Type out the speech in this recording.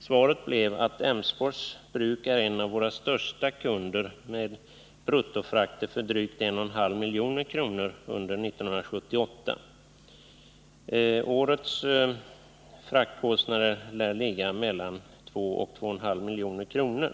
Svaret blev att Emsfors bruk är en av deras största kunder med bruttofrakter för drygt 1,5 milj.kr. under 1978. Årets fraktkostnader lär ligga mellan 2 och 2,5 milj.kr.